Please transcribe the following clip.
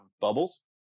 bubbles